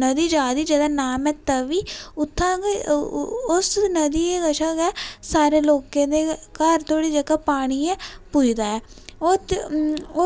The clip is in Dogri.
नदी जा दी जेह्दा नाम ऐ तवी उत्थै बी ओह् ओ उस नदी कशा गे सारे लोके दे घर थोह्ड़ी जेह्का पानी ऐ ओह् पुज्दा ऐ ओह्द